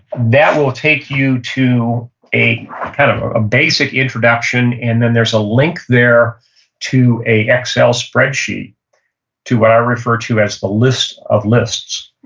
that will take you to ah kind of a basic introduction and then there's a link there to a excel spreadsheet to what i refer to as a list of lists.